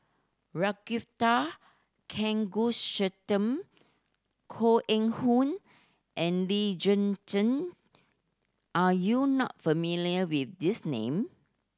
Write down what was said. Ragunathar Kanagasuntheram Koh Eng Hoon and Lee Zhen Zhen are you not familiar with these name